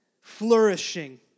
flourishing